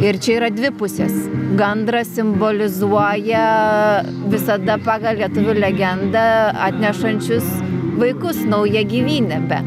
ir čia yra dvi pusės gandras simbolizuoja visada pagal lietuvių legendą atnešančius vaikus naują gyvybę